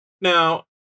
Now